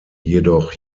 jedoch